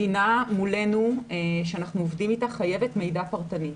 מדינה מולנו שאנחנו עובדים איתה חייבת מידע פרטני.